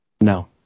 No